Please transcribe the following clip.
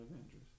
Avengers